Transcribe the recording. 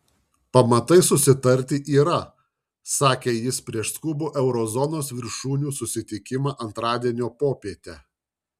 pamatai susitarti yra sakė jis prieš skubų euro zonos viršūnių susitikimą antradienio popietę